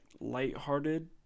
lighthearted